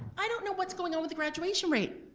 i don't know what's going on with the graduation rate!